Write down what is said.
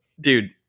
dude